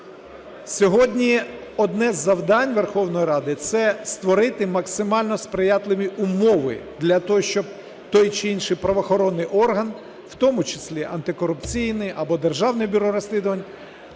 Сьогодні одне із завдань Верховної Ради – це створити максимально сприятливі умови для того, щоб той чи інший правоохоронний орган, в тому числі антикорупційний, або Державне бюро розслідувань,